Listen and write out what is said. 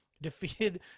defeated